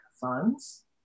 funds